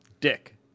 Dick